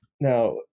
now